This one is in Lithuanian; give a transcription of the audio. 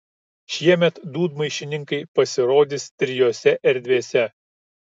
šiemet dūdmaišininkai pasirodys trijose erdvėse